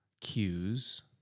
cues